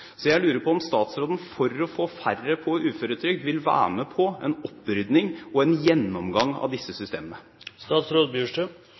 Jeg lurer på om statsråden, for å få færre på uføretrygd, vil være med på en opprydding i og gjennomgang av disse